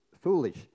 foolish